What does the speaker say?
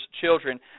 children